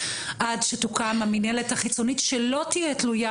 עד שתוקם המנהלת החיצונית שלא תהיה תלויה